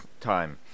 time